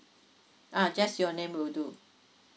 ah just your name will do